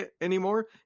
anymore